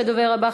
הדובר הבא,